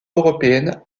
européenne